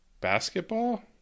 basketball